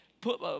Put